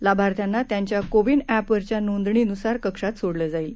लाभार्थ्यांनात्यांच्याकोवीनएपवरच्यानोंदणीनुसारकक्षातसोडलंजाईल